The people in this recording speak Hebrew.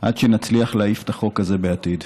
עד שנצליח להעיף את החוק הזה בעתיד.